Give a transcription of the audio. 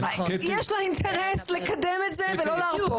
יש לה אינטרס לקדם את זה ולא להרפות.